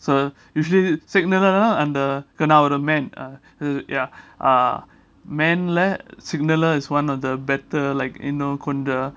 so usually signal அந்த:andha man uh uh ya uh man ல:la signaller is one of the better like you know இன்னும் கொஞ்சம்:innum konjam